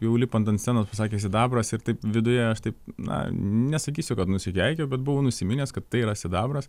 jau lipant ant scenos pasakė sidabras ir taip viduje aš taip na nesakysiu kad nusikeikiau bet buvau nusiminęs kad tai yra sidabras